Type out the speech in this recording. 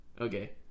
okay